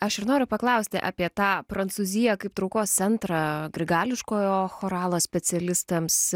aš ir noriu paklausti apie tą prancūziją kaip traukos centrą grigališkojo choralo specialistams